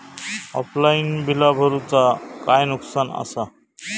Offline बिला भरूचा काय नुकसान आसा?